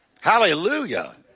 Hallelujah